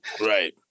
right